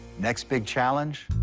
next big challenge?